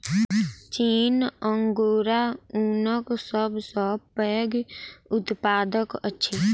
चीन अंगोरा ऊनक सब सॅ पैघ उत्पादक अछि